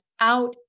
out